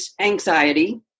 anxiety